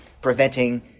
preventing